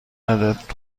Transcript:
عدد